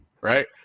Right